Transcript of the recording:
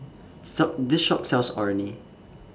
This Shop sells Orh Nee